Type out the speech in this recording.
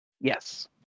Yes